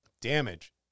Damage